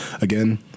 again